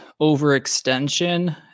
overextension